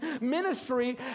ministry